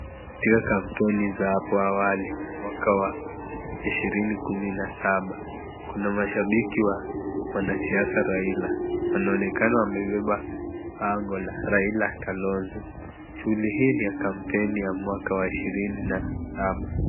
Katika kampeni za hapo awali mwaka wa ishirini kuki na saba luna mashabiki wa mwanasiasa Raila. Wanaonekana wamebeba bango ya Raila, Kalonzo. Shughuli hii ni ya kampeni ya mwaka wa ishirini na saba.